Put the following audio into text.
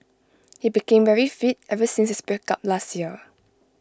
he became very fit ever since his breakup last year